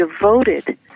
devoted